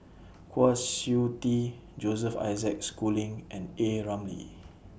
Kwa Siew Tee Joseph Isaac Schooling and A Ramli